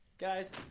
Guys